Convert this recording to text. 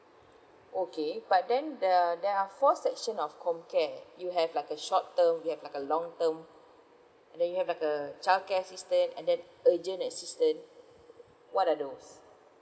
okay but then there are there are four section of comcare you have like a short term you have like a long term and then you have like a childcare assistance and then urgent assistance what are those